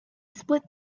split